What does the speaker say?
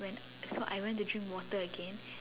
so I went to drink water again and